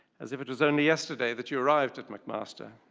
as if it was only yesterday that you arrived at mcmaster.